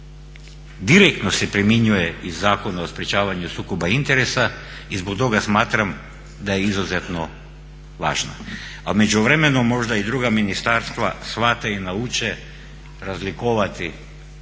direktno se primjenjuje iz Zakona o sprečavanju sukoba interesa i zbog toga smatram da je izuzetno važna. A u međuvremenu možda i druga ministarstva shvate i nauče razlikovati